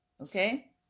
Okay